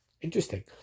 Interesting